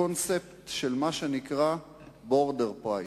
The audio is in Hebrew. הקונספט של מה שנקרא Border Price,